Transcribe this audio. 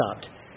stopped